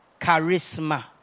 Charisma